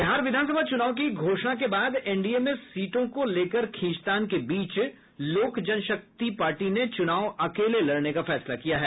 बिहार विधानसभा चुनाव की घोषणा के बाद एनडीए में सीटों को लेकर खींचतान के बीच लोक जन शक्ति पार्टी ने चूनाव अकेले लड़ने का फैसला किया है